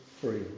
free